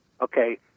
Okay